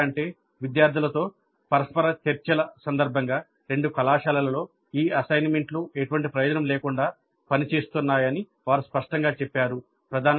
ఎంతగా అంటే విద్యార్థులతో పరస్పర చర్యల సందర్భంగా రెండు కళాశాలల్లో ఈ అసైన్మెంట్ assignments ఎటువంటి ప్రయోజనం లేకుండా పనిచేస్తున్నాయని వారు స్పష్టంగా చెప్పారు